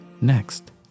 next